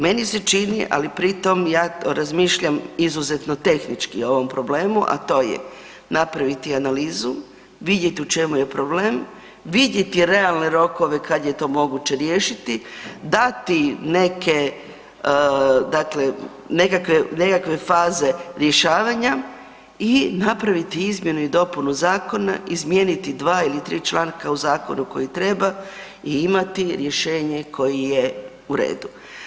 Meni se čini ali pritom ja razmišljam izuzetno tehnički o ovom problemu a to je napraviti analizu, vidjeti u čemu je problem, vidjeti realne rokove kad je to moguće riješiti, da ti neke dakle nekakve faze rješavanja i napraviti izmijeniti dopunu zakona, izmijeniti dva ili tri članka u zakonu koji treba i imati rješenje koje je u redu.